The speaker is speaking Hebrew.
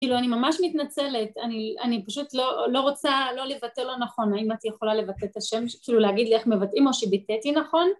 כאילו אני ממש מתנצלת, אני פשוט לא רוצה לא לבטא לא נכון האם את יכולה לבטא את השם כאילו להגיד לי איך מבטאים או שביטאתי נכון..